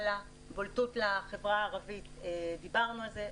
בולטות לחברה הערבית דיברנו על זה,